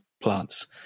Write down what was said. plants